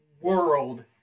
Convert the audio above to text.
world